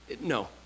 No